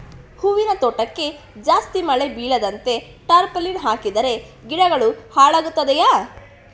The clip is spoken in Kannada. ಹೂವಿನ ತೋಟಕ್ಕೆ ಜಾಸ್ತಿ ಮಳೆ ಬೀಳದಂತೆ ಟಾರ್ಪಾಲಿನ್ ಹಾಕಿದರೆ ಗಿಡಗಳು ಹಾಳಾಗುತ್ತದೆಯಾ?